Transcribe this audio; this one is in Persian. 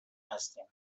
هستیم